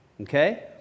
okay